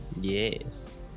Yes